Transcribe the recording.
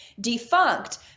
defunct